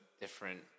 different